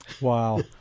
Wow